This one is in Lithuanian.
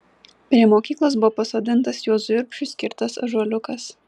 prie mokyklos buvo pasodintas juozui urbšiui skirtas ąžuoliukas